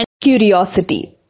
curiosity